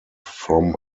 from